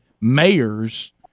mayors